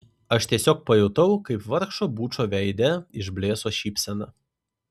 aš tiesiog pajutau kaip vargšo bučo veide išblėso šypsena